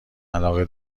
علاقه